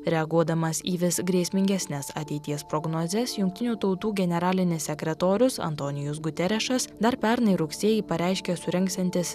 reaguodamas į vis grėsmingesnes ateities prognozes jungtinių tautų generalinis sekretorius antonijus guterišas dar pernai rugsėjį pareiškė surengsiantis